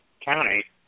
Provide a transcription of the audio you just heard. County